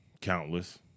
Countless